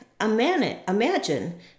imagine